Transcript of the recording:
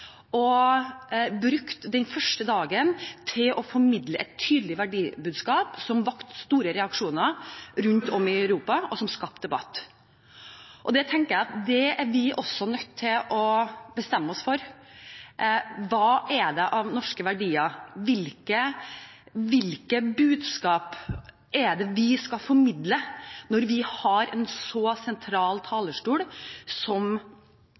og brukte den første dagen til å formidle et tydelig verdibudskap, som vakte store reaksjoner rundt om i Europa, og som skapte debatt. Det tenker jeg at vi også er nødt til å bestemme oss for. Hvilke norske verdier, hvilke budskap, er det vi skal formidle når vi har en så sentral talerstol som